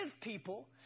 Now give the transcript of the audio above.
people